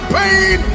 pain